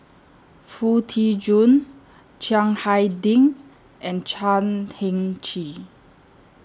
Foo Tee Jun Chiang Hai Ding and Chan Heng Chee